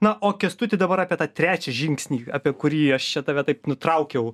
na o kęstuti dabar apie tą trečią žingsnį apie kurį aš čia tave taip nutraukiau